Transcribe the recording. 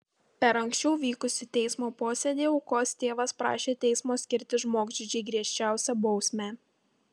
per anksčiau vykusį teismo posėdį aukos tėvas prašė teismo skirti žmogžudžiui griežčiausią bausmę